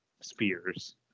spears